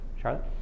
Charlotte